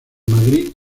madrid